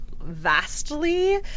vastly